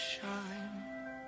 shine